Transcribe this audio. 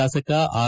ಶಾಸಕ ಆರ್